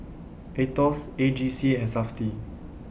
Aetos A G C and Safti